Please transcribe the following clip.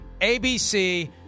abc